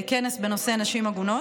כנס בנושא נשים עגונות,